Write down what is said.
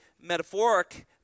metaphoric